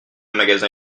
magasin